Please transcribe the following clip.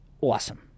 Awesome